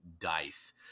dice